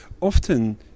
Often